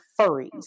furries